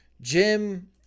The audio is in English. Jim